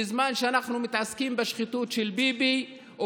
בזמן שאנחנו מתעסקים בשחיתות של ביבי או